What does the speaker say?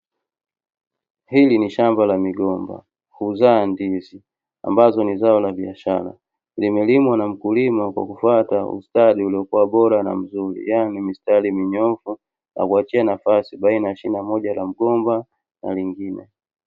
Hili ni shamba la migomba, huzaa ndizi ambazo ni zao la biashara. Limelimwa na mkulima kwa kufuata ustadi uliokuwa bora na mzuri, yaani mistari minyoofu ya kuachia nafasi baina ya shina moja la mgomba na lingine.